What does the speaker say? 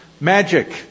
Magic